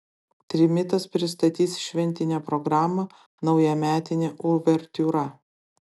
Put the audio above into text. trimitas pristatys šventinę programą naujametinė uvertiūra